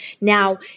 Now